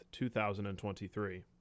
2023